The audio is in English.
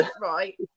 right